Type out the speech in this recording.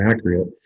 accurate